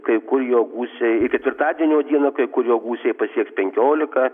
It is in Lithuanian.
kai kur jo gūsiai ketvirtadienio dieną kai kurio gūsiai pasieks penkiolika